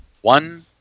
one